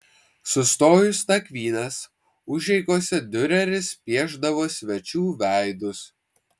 sustojus nakvynės užeigose diureris piešdavo svečių veidus